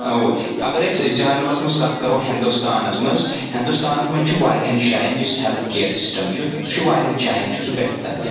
اور اگر أسۍ جنرَلَس منٛز کَتھ کَرو ہِندوستانَس منٛز ہِندوستانَس منٛز چھُ واریہَن جایَن یُس ہِیٚلٕتھ کِیَر سِسٹَم چھُ سُہ چھُ واریاہَن جایَن چھُ سُہ بہتر